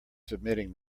submitting